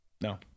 no